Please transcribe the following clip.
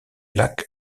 lac